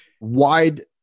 wide